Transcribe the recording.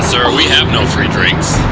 sir, we have no free drinks.